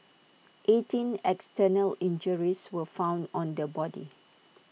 eighteen external injuries were found on the body